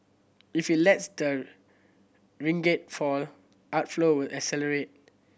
if it lets the ringgit fall outflow will accelerate